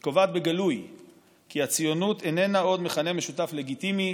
היא קובעת בגלוי כי הציונות איננה עוד מכנה משותף לגיטימי